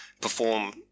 perform